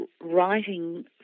writing